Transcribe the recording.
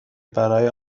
برای